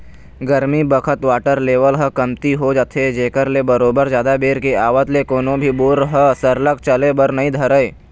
गरमी बखत water level ह कमती हो जाथे जेखर ले बरोबर जादा बेर के आवत ले कोनो भी बोर ह सरलग चले बर नइ धरय